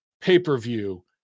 pay-per-view